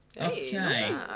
Okay